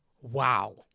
Wow